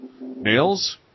Nails